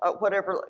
ah whatever,